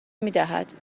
میدهد